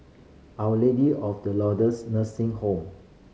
Our Lady of the Lourdes Nursing Home